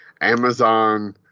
Amazon